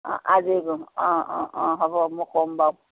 অঁ আজি অঁ অঁ অঁ হ'ব মোক ক'ম বাৰু